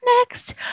next